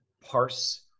parse